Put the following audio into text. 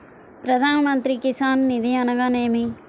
ప్రధాన మంత్రి కిసాన్ నిధి అనగా నేమి?